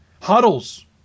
Huddles